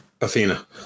Athena